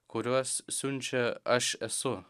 kuriuos siunčia aš esu